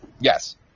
Yes